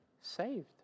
saved